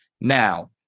Now